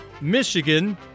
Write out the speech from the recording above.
Michigan